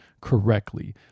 correctly